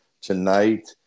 tonight